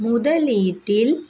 முதலீட்டில்